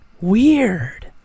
Weird